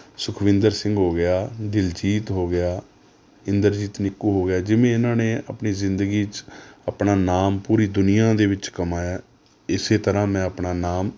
ਸੁਖਵਿੰਦਰ ਸਿੰਘ ਹੋ ਗਿਆ ਦਿਲਜੀਤ ਹੋ ਗਿਆ ਇੰਦਰਜੀਤ ਨਿੱਕੂ ਹੋ ਗਿਆ ਜਿਵੇਂ ਇਹਨਾਂ ਨੇ ਆਪਣੀ ਜ਼ਿੰਦਗੀ 'ਚ ਆਪਣਾ ਨਾਮ ਪੂਰੀ ਦੁਨੀਆਂ ਦੇ ਵਿੱਚ ਕਮਾਇਆ ਹੈ ਇਸ ਤਰ੍ਹਾਂ ਮੈਂ ਆਪਣਾ ਨਾਮ